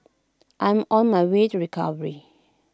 I am on my way to recovery